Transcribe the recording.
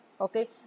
okay